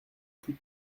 plus